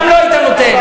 גם לא היית נותן.